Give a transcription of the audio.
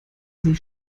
sie